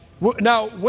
Now